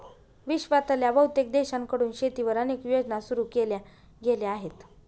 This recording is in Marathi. विश्वातल्या बहुतेक देशांकडून शेतीवर अनेक योजना सुरू केल्या गेल्या आहेत